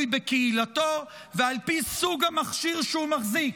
אל מקום בילוי בקהילתו ועל פי סוג המכשיר שהוא מחזיק